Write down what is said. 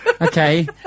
Okay